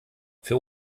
für